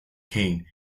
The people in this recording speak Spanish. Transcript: kane